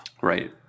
right